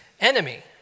enemy